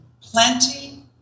plenty